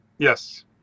Yes